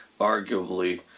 arguably